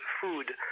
food